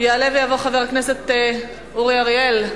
יעלה ויבוא חבר הכנסת אורי אריאל,